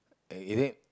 is it